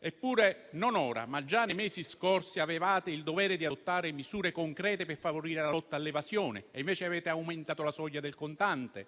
Eppure non ora, ma già nei mesi scorsi avevate il dovere di adottare misure concrete per favorire la lotta all'evasione, invece avete aumentato la soglia del contante.